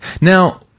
Now